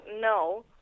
No